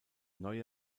neue